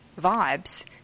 vibes